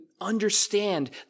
understand